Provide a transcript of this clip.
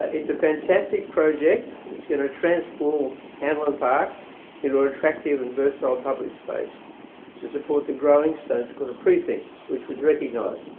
it's a fantastic project that's going to transform hanlon park into an attractive and versatile public space to support the growing stones corner precinct which was recognised.